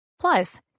plus